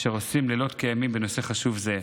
אשר עושים לילות כימים בנושא חשוב זה.